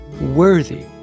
worthy